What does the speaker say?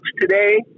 today